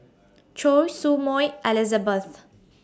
Choy Su Moi Elizabeth